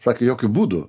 sakė jokiu būdu